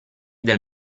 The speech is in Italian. del